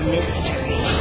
Mystery